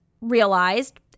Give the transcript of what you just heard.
realized